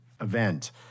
event